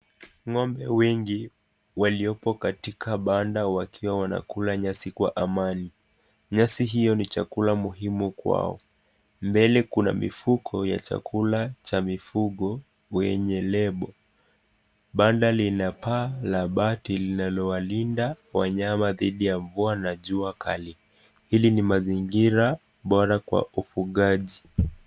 Ng'ombe wengi waliopo katika banda wakiwa wanakula nyasi kwa amani. Nyasi hiyo ni chakula muhimu kwao, mbele kuna mifuko ya chakula cha mifugo wenye lebo, banda lina paa wa mabati linalowalinda wanyama dhidi ya mvua na jua kali, hili ni mazingira bora kwa ufugaji.